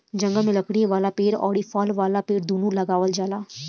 जंगल में लकड़ी वाला पेड़ अउरी फल वाला पेड़ दूनो लगावल जाला